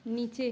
नीचे